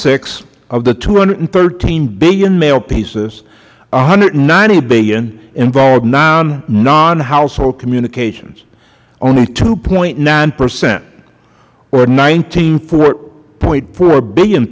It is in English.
six of the two hundred and thirteen billion mail pieces one hundred and ninety billion involved non household communications only two point nine percent or nineteen point four billion